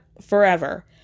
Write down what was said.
forever